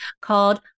called